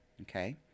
Okay